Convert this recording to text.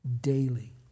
Daily